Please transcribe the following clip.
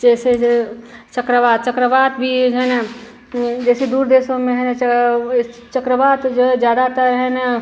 जैसे जो चक्रवात चक्रवात भी है न जैसे दूर देशों में है न चक्रवात जो है ज़्यादातर है न